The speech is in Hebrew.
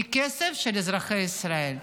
מכסף של אזרחי ישראל.